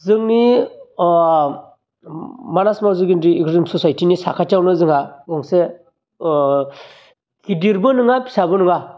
जोंनि अह मानास मावजिगेन्द्रि एकादोजम सचाइटिनि साखाथियावनो जोंहा गंसे गिदिरबो नोङा फिसाबो नङा